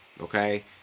Okay